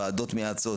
ועדות מייעצות,